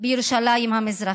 בירושלים המזרחית.